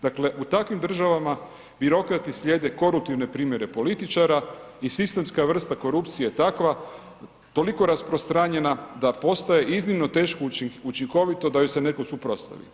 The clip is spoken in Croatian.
Dakle, u takvim državama, birokrati slijede koruptivne primjere političara i sistemska vrsta korupcije je takva, toliko rasprostranjena, da postaje iznimno teško učinkovito da im se netko suprotstavi.